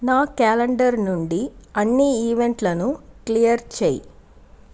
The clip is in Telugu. నా క్యాలెండర్ నుండి అన్ని ఈవెంట్లను క్లియర్ చెయ్యి